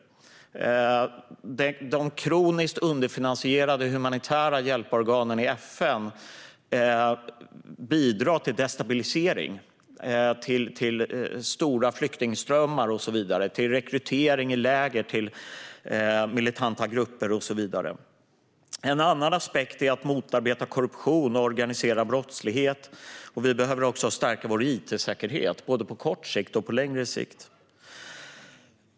Att de humanitära hjälporganen i FN är kroniskt underfinansierade bidrar till destabilisering, stora flyktingströmmar, rekrytering i läger till militanta grupper och så vidare. En annan aspekt är att motarbeta korruption och organiserad brottslighet. Vi behöver också stärka vår it-säkerhet, både på kort sikt och på längre sikt.